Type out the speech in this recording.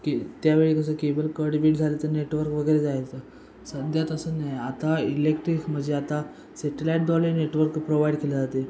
की त्यावेळी कसं केबल कट बिट झालं तर नेटवर्क वगैरे जायचं सध्या तसं नाही आता इलेक्ट्रिक म्हणजे आता सेटलाईटद्वारे नेटवर्क प्रोवाईड केले जाते